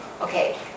Okay